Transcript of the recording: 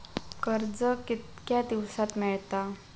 कर्ज कितक्या दिवसात मेळता?